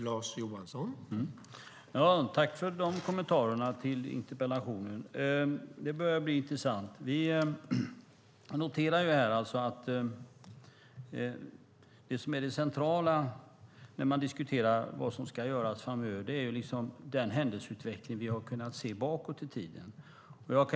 Herr talman! Tack för de kommentarerna till interpellationen! Det börjar bli intressant. Vi noterar alltså här att det som är det centrala när man diskuterar vad som ska göras framöver är den händelseutveckling vi har kunnat se bakåt i tiden. Jag